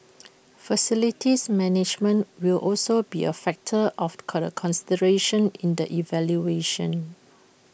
facilities management will also be A factor of colour consideration in the evaluation